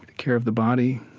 care of the body,